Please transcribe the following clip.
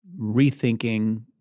rethinking